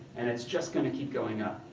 and it's just going to keep going up.